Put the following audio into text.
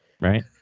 Right